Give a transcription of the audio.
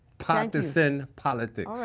partisan politics.